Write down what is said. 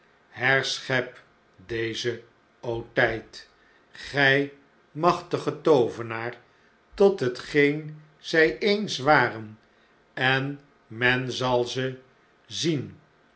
deze o tu'd gj machtige toovenaar tot hetgeen zjj eens waren en men zal ze zien